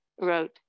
wrote